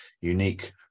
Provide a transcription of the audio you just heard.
unique